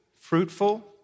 fruitful